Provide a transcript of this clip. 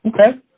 Okay